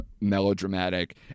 melodramatic